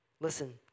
Listen